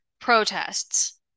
protests